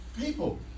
people